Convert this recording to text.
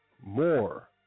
more